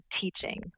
teaching